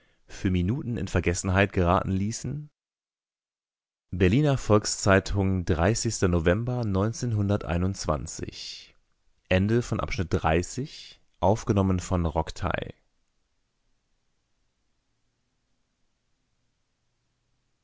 für minuten in vergessenheit geraten ließen berliner volks-zeitung november